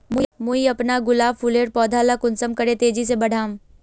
मुई अपना गुलाब फूलेर पौधा ला कुंसम करे तेजी से बढ़ाम?